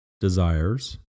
desires